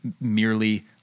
merely